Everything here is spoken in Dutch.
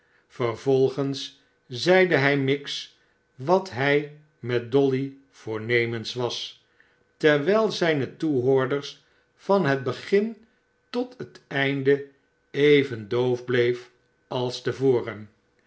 gens zeide hij miggs wat hij met dolly voornemens was terwijl zijne toehoorderes van het begin tot het einde even doof bleef als te voren